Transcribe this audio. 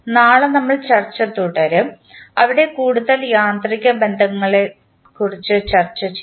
നാളെ നമ്മൾ ചർച്ച തുടരും അവിടെ കൂടുതൽ യാന്ത്രിക ബന്ധത്തെക്കുറിച്ച് ചർച്ച ചെയ്യും